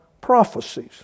prophecies